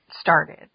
started